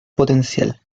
potencial